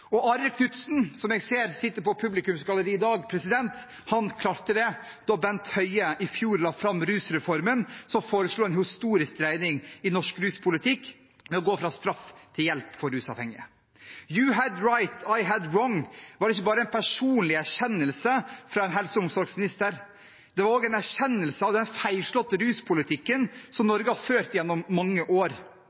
Og Arild Knutsen, som jeg ser sitter på publikumsgalleriet i dag, han klarte det da Bent Høie i fjor la fram rusreformen som foreslo en historisk dreining i norsk ruspolitikk, ved å gå fra straff til hjelp for rusavhengige. «You had right, I had wrong» var ikke bare en personlig erkjennelse fra en helse- og omsorgsminister, det var også en erkjennelse av den feilslåtte ruspolitikken som Norge har ført gjennom mange år.